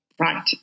Right